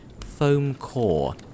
foam-core